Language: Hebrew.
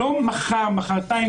לא מחר-מוחרתיים,